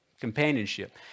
Companionship